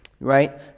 right